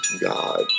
god